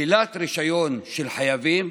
שלילת רישיון של חייבים,